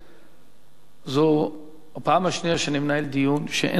זו הפעם השנייה שאני מנהל דיון כשאין פה שר.